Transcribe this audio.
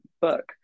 book